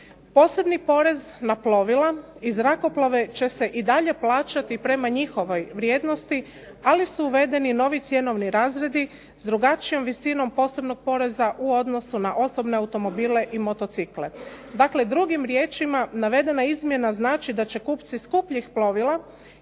Posebni porez na plovila i zrakoplove će se i dalje plaćati prema njihovoj vrijednosti, ali su uvedeni i novi cjenovni razredi s drugačijom visinom posebnog poreza u odnosu na osobne automobile i motocikla. Dakle, drugim riječima navedena izmjena znači da će kupci skupljih plovila